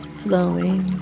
flowing